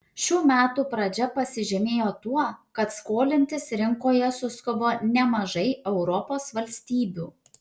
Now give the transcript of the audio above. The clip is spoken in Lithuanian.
šių metų pradžia pasižymėjo tuo kad skolintis rinkoje suskubo nemažai europos valstybių